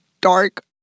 dark